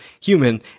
human